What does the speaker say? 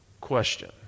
question